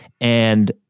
And-